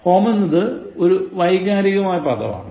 Home എന്നത് ഒരു വൈകാരികമായ് പദമാണ്